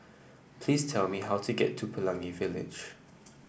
please tell me how to get to Pelangi Village